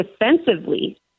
defensively